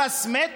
הרשמית,